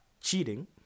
cheating